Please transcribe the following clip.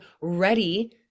ready